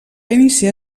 iniciar